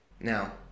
Now